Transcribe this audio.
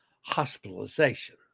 hospitalization